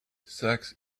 sex